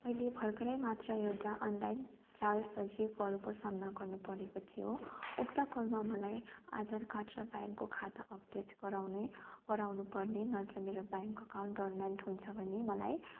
मैले भर्खरै मात्र एउटा अनलाइन जालसाजी कलको सामना गर्नु परेको थियो उक्त कलमा मलाई आधार कार्ड र ब्याङ्कको खाता अपडेट गराउने गराउनु पर्ने नत्र मेरो ब्याङ्क अकाउन्ट डोरमेन्ट हुन्छ भन्ने मलाई